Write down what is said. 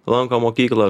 lanko mokyklą